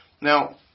Now